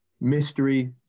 mystery